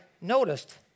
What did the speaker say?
noticed